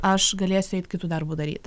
aš galėsiu eit kitų darbų daryt